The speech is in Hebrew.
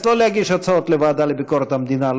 שלא להגיש הצעות לוועדה לביקורת המדינה.